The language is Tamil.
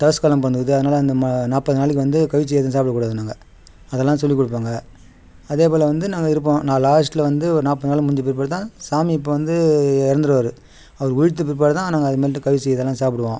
தவஸ் காலம் பண்ணுறது அதனால் அந்த மா நாற்பது நாளைக்கு வந்து கவுச்சி எதுவும் சாப்பிடக் கூடாது நாங்கள் அதெல்லாம் சொல்லிக் கொடுப்பாங்க அதே போல் வந்து நாங்கள் இருப்போம் நான் லாஸ்ட்டில் வந்து ஒரு நாற்பது நாள் முடிஞ்ச பிற்பாடு தான் சாமி இப்போ வந்து இறந்துருவாரு அவர் உயிர்த்த பிற்பாடு தான் நாங்கள் அதுமேல்ட்டு கவுச்சி இதெல்லாம் சாப்பிடுவோம்